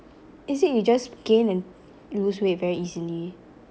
is it you just gain and lose weight very easily